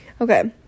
Okay